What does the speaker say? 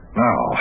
now